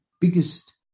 biggest